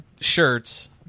shirts